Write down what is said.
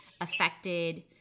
affected